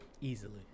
easily